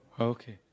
Okay